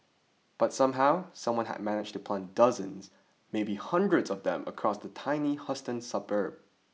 but somehow someone had managed to plant dozens maybe hundreds of them across the tiny Houston suburb